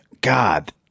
God